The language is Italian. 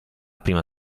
prima